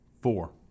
Four